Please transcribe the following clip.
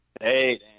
Hey